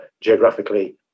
geographically